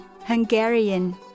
Hungarian